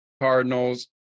Cardinals